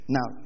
Now